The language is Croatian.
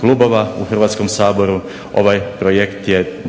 klubova u Hrvatskom saboru, ovaj projekt je